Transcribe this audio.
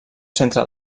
centre